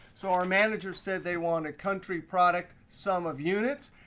so our manager said they wanted country, product, sum of units.